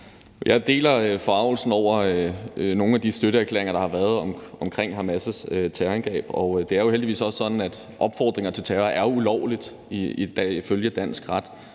Jeg deler forargelsen over nogle af de støtteerklæringer, der har været i forbindelse med Hamas' terrorangreb, og det er jo heldigvis også sådan, at opfordring til terror er ulovligt ifølge dansk ret,